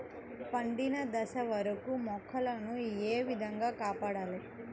పండిన దశ వరకు మొక్కల ను ఏ విధంగా కాపాడాలి?